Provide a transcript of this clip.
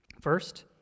First